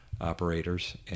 operators